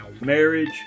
marriage